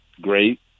great